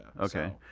Okay